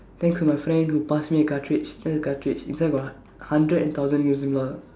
thanks to my friend who passed me a cartridge then the catridge inside got h~ hundred and thousand games and more